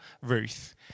Ruth